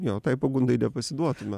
jo tai pagundai nepasiduotume